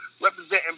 representing